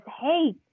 Hey